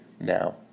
now